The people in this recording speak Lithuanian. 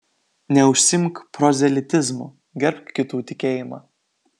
neužsiimk prozelitizmu gerbk kitų tikėjimą